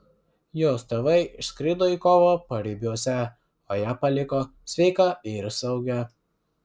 jos tėvai išskrido į kovą paribiuose o ją paliko sveiką ir saugią